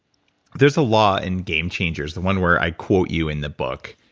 there's a lot in game changers, the one where i quote you in the book,